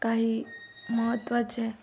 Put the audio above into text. काही महत्वाचे